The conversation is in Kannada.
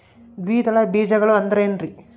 ದ್ವಿದಳ ಬೇಜಗಳು ಅಂದರೇನ್ರಿ?